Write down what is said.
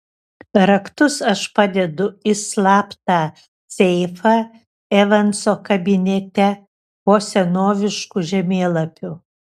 raktus aš padedu į slaptą seifą evanso kabinete po senovišku žemėlapiu